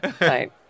Right